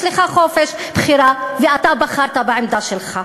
יש לך חופש בחירה, ואתה בחרת בעמדה שלך.